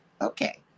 okay